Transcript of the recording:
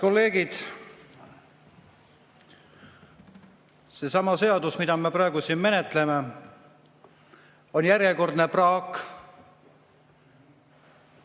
kolleegid! Seesama [eelnõu], mida me praegu siin menetleme, on järjekordne praak